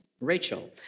Rachel